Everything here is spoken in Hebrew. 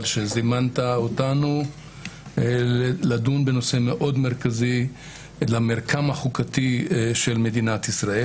על שזימנת אותנו לדון בנושא מאוד מרכזי למרקם החוקתי של מדינת ישראל.